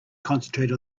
concentrate